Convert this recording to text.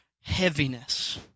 heaviness